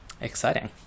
Exciting